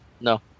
No